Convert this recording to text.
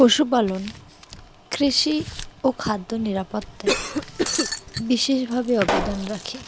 পশুপালন কৃষি ও খাদ্য নিরাপত্তায় বিশেষভাবে অবদান রাখে